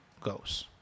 goes